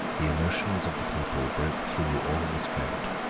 the emotions of the people broke through all restraint.